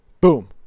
boom